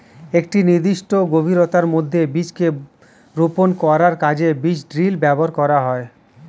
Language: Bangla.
একটি নির্দিষ্ট গভীরতার মধ্যে বীজকে রোপন করার কাজে বীজ ড্রিল ব্যবহার করা হয়